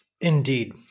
Indeed